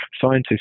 Scientists